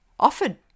offered